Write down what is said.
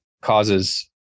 causes